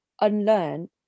unlearn